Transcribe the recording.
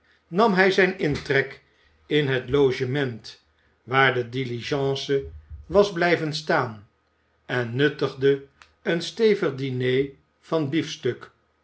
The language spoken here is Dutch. nam hij zijn intrek in het logement waar de diligence was blijven staan en nuttigde een stevig diner van beafstuk